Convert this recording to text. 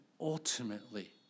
ultimately